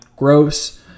Gross